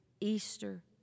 Easter